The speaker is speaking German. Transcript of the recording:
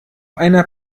einer